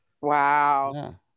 wow